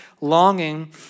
longing